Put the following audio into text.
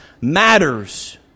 matters